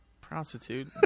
prostitute